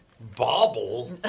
Bobble